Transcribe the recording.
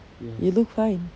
you look fine